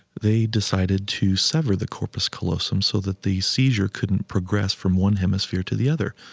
they decided to sever the corpus callosum so that the seizures couldn't progress from one hemisphere to the other.